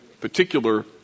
particular